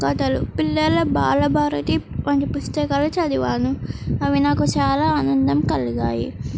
కథలు పిల్లల బాల భారతి వంటి పుస్తకాలు చదివాను అవి నాకు చాలా ఆనందం కలిగించాయి